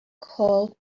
called